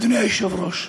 אדוני היושב-ראש,